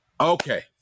Okay